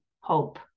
hope